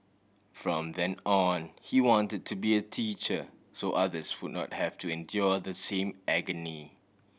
from then on he wanted to be a teacher so others would not have to endure the same agony